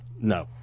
no